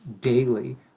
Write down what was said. daily